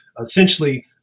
essentially